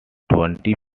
twenty